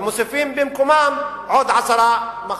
ומוסיפים במקומם עוד עשרה מחסומים.